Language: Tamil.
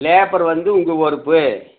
லேபர் வந்து உங்கள் பொறுப்பு